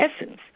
essence